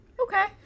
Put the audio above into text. okay